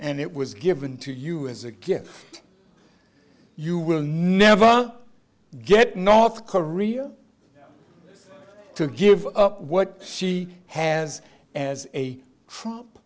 and it was given to you as a kid you will never get north korea to give up what she has as a crop